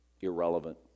irrelevant